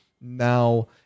now